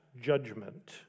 Judgment